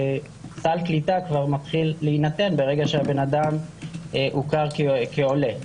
סל קליטה כבר מתחיל להינתן ברגע שהבן אדם הוכר כעולה,